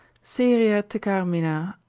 seria te carmina,